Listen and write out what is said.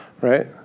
right